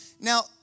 Now